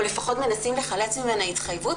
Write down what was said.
או לפחות מנסים לחלץ ממנה התחייבות,